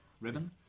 ribbon